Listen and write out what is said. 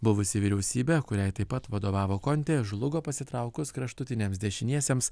buvusi vyriausybė kuriai taip pat vadovavo kontė žlugo pasitraukus kraštutiniams dešiniesiems